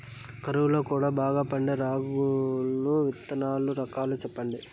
కరువు లో కూడా బాగా పండే రాగులు విత్తనాలు రకాలు చెప్పండి?